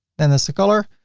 and that's the color.